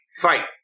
fight